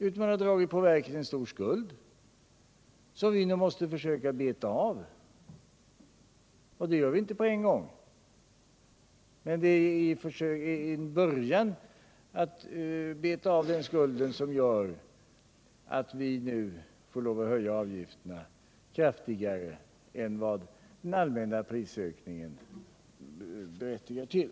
Verket har därför dragit på sig en stor skuld, som vi nu måste försöka beta av. Och det gör vi inte på en gång. Men vi börjar att beta av den skulden, och det är det som gör att vi nu är tvungna att höja avgifterna kraftigare än vad den allmänna prisökningen i och för sig berättigar till.